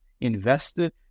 invested